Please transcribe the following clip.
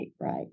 right